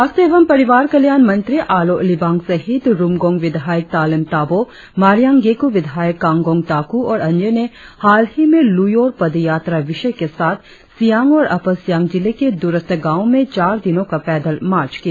स्वास्थ्य एवं परिवार कल्याण मंत्री आलो लिबांग सहित रुमगोंग विधायक तालेम ताबोह मारियांग गेक़ विधायक कांगोंग ताक़ु और अन्य ने हालहीं में लुयोर पदयात्रा विषय के साथ सियांग और अपर सियांग जिले के द्रस्थ गांवों में चार दिनों का पैदल मार्च किया